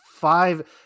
Five